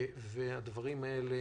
והדברים האלה